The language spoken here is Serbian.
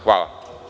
Hvala.